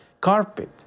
carpet